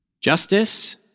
Justice